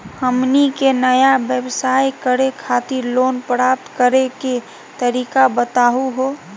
हमनी के नया व्यवसाय करै खातिर लोन प्राप्त करै के तरीका बताहु हो?